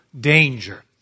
danger